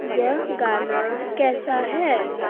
यह गाना कैसा है